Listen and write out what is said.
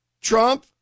Trump